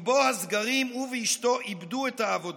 עם בוא הסגרים הוא ואשתו איבדו את העבודה,